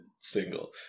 single